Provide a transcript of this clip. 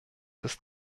ist